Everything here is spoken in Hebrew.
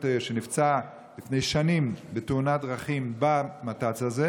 שנפצע לפני שנים בתאונת דרכים במת"צ הזה,